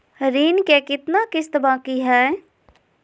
ऋण के कितना किस्त बाकी है?